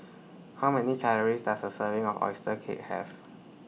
How Many Calories Does A Serving of Oyster Cake Have